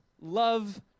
love